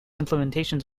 implementations